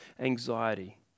anxiety